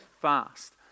fast